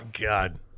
god